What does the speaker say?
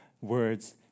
words